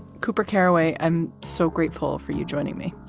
cooper tearaway, i'm so grateful for you joining me.